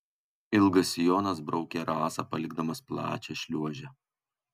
ilgas sijonas braukė rasą palikdamas plačią šliuožę